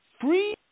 Free